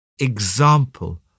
Example